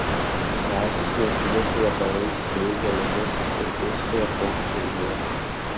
žąsys maitinasi vabalais bei žolėmis ir išskiria paukščių mėšlą